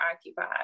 occupied